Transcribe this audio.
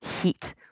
heat